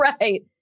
Right